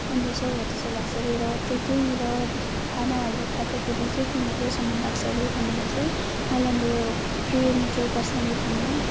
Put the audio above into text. पन्ध्र सौ हौ त्यस्तो लाग्छ अरे र त्यतिनिर खानाहरू खाँदाखेरि चाहिँ तिन हजारसम्म लाग्छ अरे भनेर चाहिँ मलाई मेरो प्रिय मित्र उपासनाले भन्यो